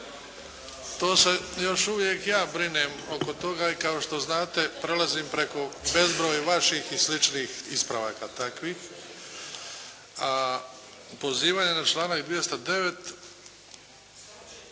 To se još uvijek ja brinem oko toga i kao što znate prelazim preko bezbroj vaših i sličnih ispravaka takvih. A pozivanje na članak 209.,